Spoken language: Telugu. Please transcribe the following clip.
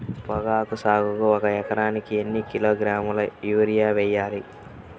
పొగాకు సాగుకు ఒక ఎకరానికి ఎన్ని కిలోగ్రాముల యూరియా వేయాలి?